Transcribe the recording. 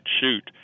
shoot